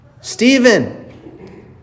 Stephen